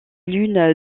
lune